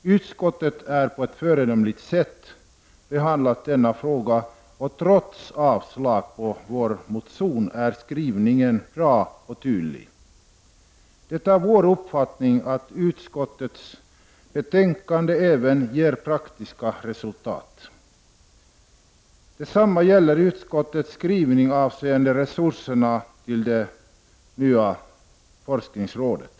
Utskottet har på ett föredömligt sätt behandlat frågan. Vår motion avstyrks. Men ändå anser jag att skrivningen är bra och tydlig. Enligt vår uppfattning ger det här utskottsbetänkandet resultat i praktiken. Jag tänker då på utskottets skrivning avseende resurserna till det nya forskningsrådet.